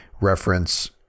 reference